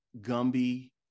Gumby